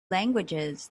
languages